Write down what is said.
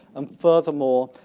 um furthermore,